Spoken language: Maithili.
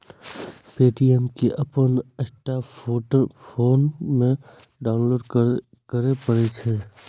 पे.टी.एम कें अपन स्मार्टफोन मे डाउनलोड करय पड़ै छै